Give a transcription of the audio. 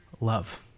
love